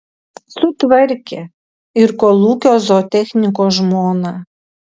sutvarkė ir kolūkio zootechniko žmoną